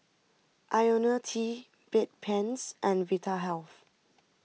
Ionil T Bedpans and Vitahealth